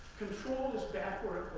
control is backward